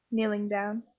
kneeling down,